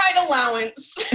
allowance